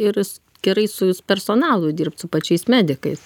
ir s gerai sus personalu dirbt su pačiais medikais